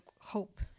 hope